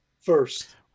first